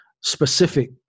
specific